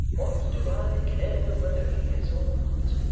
what do i care whether he is or not